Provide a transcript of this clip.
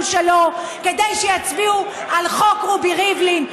שלו כדי שיצביעו על חוק רובי ריבלין,